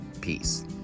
Peace